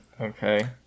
Okay